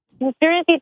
Conspiracy